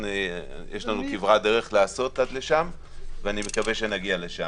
יש לנו כברת דרך לעשות עד לשם ואני מקווה שנגיע לשם.